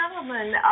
gentlemen